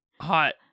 hot